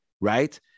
right